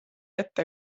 ette